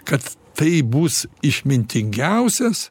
kad tai bus išmintingiausias